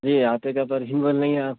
جی ہیں آپ